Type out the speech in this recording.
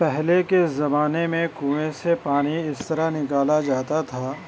پہلے کے زمانے میں کنوئیں سے پانی اس طرح نکالا جاتا تھا